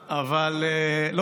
לא,